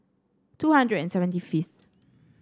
two hundred and seventy fifth